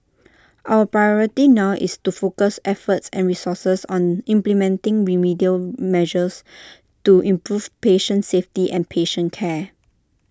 our priority now is to focus efforts and resources on implementing remedial measures to improve patient safety and patient care